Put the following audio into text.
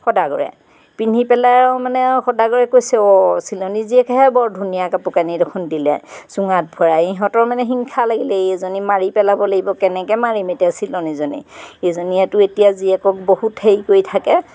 সদাগৰে পিন্ধি পেলাই আৰু মানে আৰু সদাগৰে কৈছে অঁ চিলনী জীয়েকেহে বৰ ধুনীয়া কাপোৰ কানি দেখোন দিলে চুঙাত ভৰাই ইহঁতৰ মানে হিংসা লাগিলে এইজনী মাৰি পেলাব লাগিব কেনেকৈ মাৰিম এতিয়া চিলনীজনী এইজনীয়েতো এতিয়া জীয়েকক বহুত হেৰি কৰি থাকে